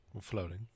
Floating